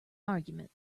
argument